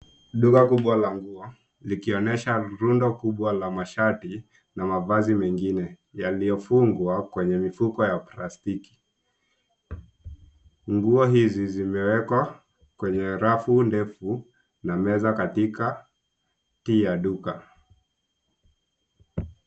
Duka kubwa la nguo likionyesha rundo kubwa la mashati na mavazi mengine yaliyokunjwa kwenye mifuko ya plastiki. Nguo hizi zimewekwa kwenye rafu ndefu na meza katikati ya duka.